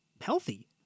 healthy